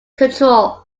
control